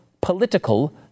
political